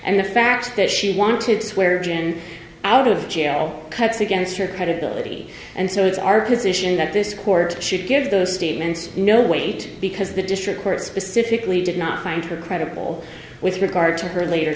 and the fact that she wanted swear gen out of jail cuts against her credibility and so it's our position that this court should give those statements no weight because the district court specifically did not find her credible with regard to her later